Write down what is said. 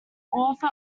author